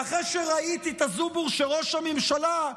ואחרי שראיתי את הזובור שראש הממשלה,